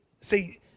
See